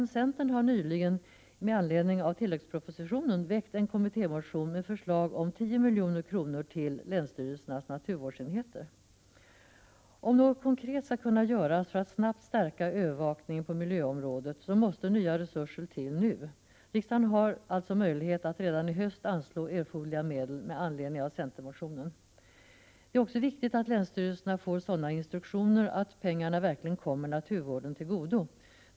Men centern har nyligen med anledning av tilläggspropositionen väckt en kommittémotion med förslag om 10 milj.kr. till länsstyrelsernas naturvårdsenheter. Om något konkret skall kunna göras för att snabbt stärka övervakningen på miljöområdet måste nya resurser tillföras nu. Riksdagen har alltså möjlighet att redan i höst anslå erforderliga medel med anledning av centermotionen. Det är också viktigt att länsstyrelserna får sådana instruktioner att pengarna verkligen kommer naturvården till godo.